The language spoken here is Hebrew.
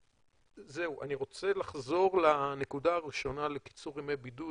זהו, אני רוצה לנקודה הראשונה, לקיצור ימי בידוד.